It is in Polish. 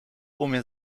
umie